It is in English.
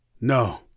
No